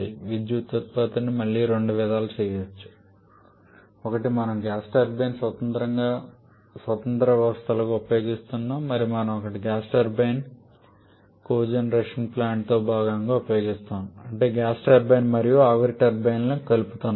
విద్యుత్ ఉత్పత్తిని మళ్ళీ రెండు విధాలుగా చేయవచ్చు ఒకటి మనం గ్యాస్ టర్బైన్ను స్వతంత్ర వ్యవస్థలుగా ఉపయోగిస్తున్నాము మరియు మరొకటి మనం గ్యాస్ టర్బైన్ను కోజెనరేషన్ ప్లాంట్లో భాగంగా ఉపయోగిస్తున్నాము అంటే మనం గ్యాస్ టర్బైన్ మరియు ఆవిరి టర్బైన్ను కలుపుతున్నాము